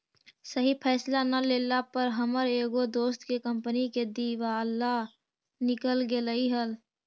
सही फैसला न लेला पर हमर एगो दोस्त के कंपनी के दिवाला निकल गेलई हल